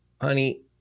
honey